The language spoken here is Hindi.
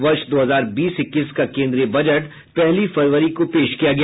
वर्ष दो हजार बीस इक्कीस का केन्द्रीय बजट पहली फरवरी को पेश किया गया